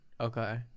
Okay